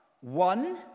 One